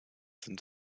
sind